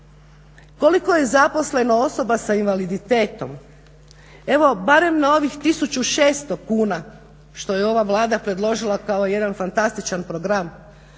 koliko je zaposleno osoba sa invaliditetom. Evo barem na ovih 1600 kuna što je ova Vlada predložila kao jedan fantastičan program